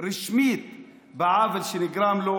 רשמית בעוול שנגרם לו.